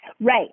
Right